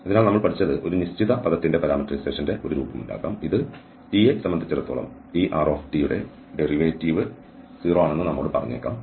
അതിനാൽ നമ്മൾ പഠിച്ചത് ഒരു നിശ്ചിത പദത്തിന്റെ പാരാമീറ്ററൈസേഷന്റെ ഒരു രൂപമുണ്ടാകാം ഇത് t നെ സംബന്ധിച്ചിടത്തോളം ഈ r ന്റെ ഡെറിവേറ്റീവ് 0 ആണെന്ന് നമ്മോട് പറഞ്ഞേക്കാം